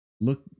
Look